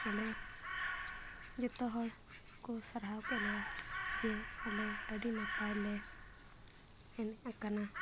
ᱟᱞᱮ ᱡᱚᱛᱚ ᱦᱚᱲ ᱠᱚ ᱥᱟᱨᱦᱟᱣ ᱠᱮᱫ ᱞᱮᱭᱟ ᱡᱮ ᱟᱞᱮ ᱟᱹᱰᱤ ᱱᱟᱯᱟᱭ ᱞᱮ ᱮᱱᱮᱡ ᱟᱠᱟᱱᱟ